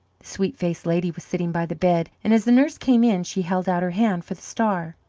sweet-faced lady was sitting by the bed, and as the nurse came in she held out her hand for the star.